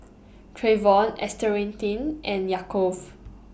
Trayvon Earnestine and Yaakov